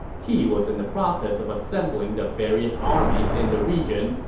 he was in the process of assembling the various armies in the region,